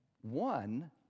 one